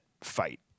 fight